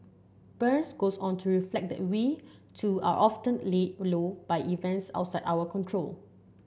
burns goes on to reflect that we too are often laid low by events outside our control